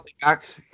back